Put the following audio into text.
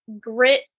grit